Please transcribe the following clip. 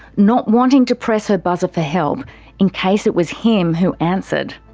not wanting to press her buzzer for help in case it was him who answered.